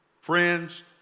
friends